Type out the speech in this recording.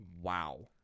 Wow